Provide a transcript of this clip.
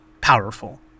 powerful